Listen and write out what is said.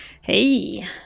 Hey